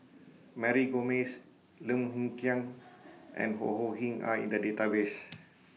Mary Gomes Lim Hng Kiang and Ho Ho Ying Are in The Database